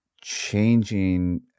changing